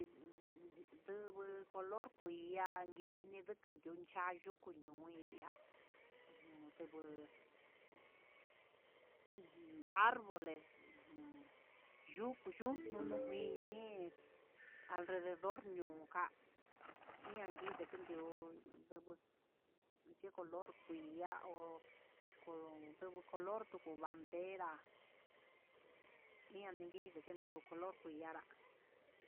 Hidii ndunguu color kui'a annguiniyu koncha yuku ño'í, ña'a ndugu jun arboles jun yuku yununu nguini, alrededor ñuu ka'a, naji ndiken ndi'ó ndugu yii color kui ihá ho color tuku bandera iangui color kui ngará.